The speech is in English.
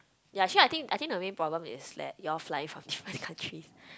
ya actually I think I think the main problem is that you all flying from different countries